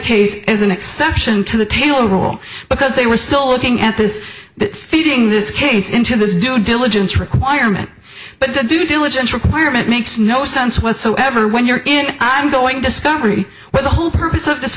case is an exception to the taylor rule because they were still looking at this that feeding this case into this due diligence requirement but to do diligence requirement makes no sense whatsoever when you're in i'm going discovery where the whole purpose of